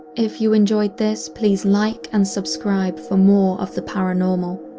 if you enjoyed this, please like and subscribe for more of the paranormal.